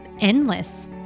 endless